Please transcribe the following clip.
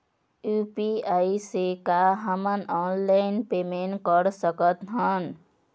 UPI से का हमन ऑनलाइन पेमेंट कर सकत हन?